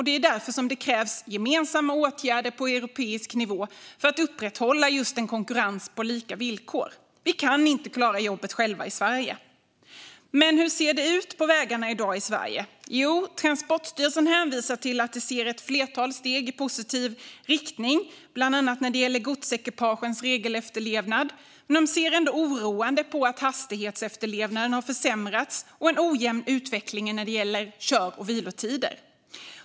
Det är därför det krävs gemensamma åtgärder på europeisk nivå för att upprätthålla en konkurrens på lika villkor. Vi kan inte klara jobbet själva i Sverige. Hur ser det då ut på vägarna i Sverige i dag? Jo, Transportstyrelsen hänvisar till att de ser ett flertal steg i positiv riktning, bland annat när det gäller godsekipagens regelefterlevnad. Samtidigt ser de med oro på att hastighetsefterlevnaden har försämrats och på en ojämn utveckling när det gäller kör och vilotider.